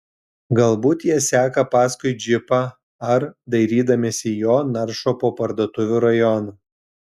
galbūt jie seka paskui džipą ar dairydamiesi jo naršo po parduotuvių rajoną